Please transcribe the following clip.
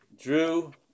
Drew